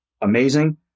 Amazing